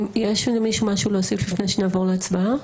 האם יש למישהו משהו להוסיף לפני שנעבור להצבעה?